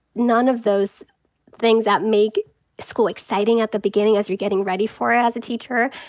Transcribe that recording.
none of those things that make school exciting at the beginning as you're getting ready for it as a teacher.